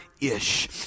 ish